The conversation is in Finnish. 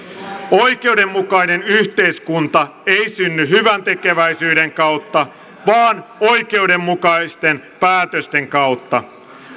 oikeudenmukainen yhteiskunta ei synny hyväntekeväisyyden kautta vaan oikeudenmukaisten päätösten kautta